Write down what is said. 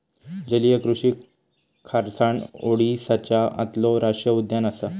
जलीय कृषि खारसाण ओडीसाच्या आतलो राष्टीय उद्यान असा